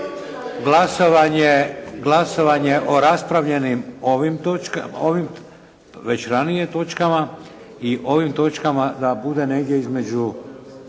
glasovanje o raspravljenim ovim raspravljenim već ranije točkama i ovim točkama da bude negdje između